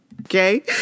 Okay